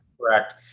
correct